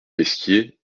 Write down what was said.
pesquier